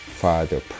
Father